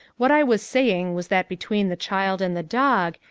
what i was saying was that between the child and the dog,